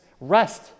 rest